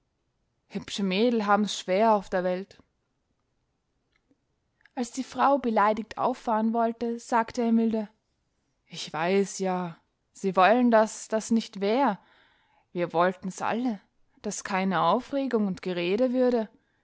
hübsche mädel haben's schwer auf der welt als die frau beleidigt auffahren wollte sagte er milde ich weiß ja sie wollen daß das nich wär wir wollten's alle daß keine aufregung und gerede würde